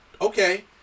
okay